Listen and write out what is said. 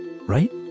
Right